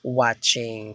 watching